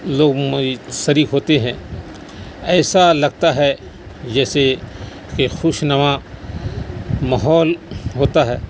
لوگ شریک ہوتے ہیں ایسا لگتا ہے جیسے ایک خوش نما ماحول ہوتا ہے